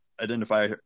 identify